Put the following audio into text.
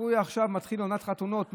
עכשיו מתחילה עונת חתונות,